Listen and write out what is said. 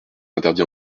interdit